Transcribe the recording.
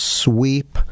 sweep